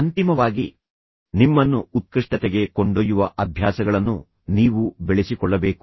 ಅಂತಿಮವಾಗಿ ನಿಮ್ಮನ್ನು ಉತ್ಕೃಷ್ಟತೆಗೆ ಕೊಂಡೊಯ್ಯುವ ಅಭ್ಯಾಸಗಳನ್ನು ನೀವು ಬೆಳೆಸಿಕೊಳ್ಳಬೇಕು